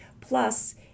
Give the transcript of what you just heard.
plus